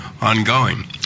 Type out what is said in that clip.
ongoing